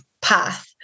path